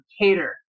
cater